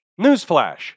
Newsflash